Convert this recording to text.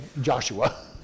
Joshua